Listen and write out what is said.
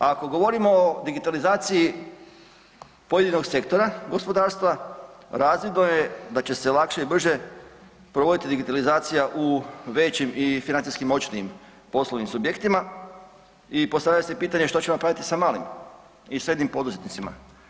Ako govorimo o digitalizaciji pojedinog sektora gospodarstva, razvidno je da će se lakše i brže provoditi digitalizacija u većim i financijski moćnim poslovnim subjektima i postavlja se pitanje što će napraviti sa malim i srednjim poduzetnicima.